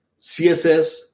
CSS